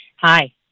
Hi